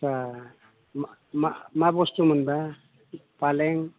मा बस्थु मोनबा फालें